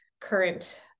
current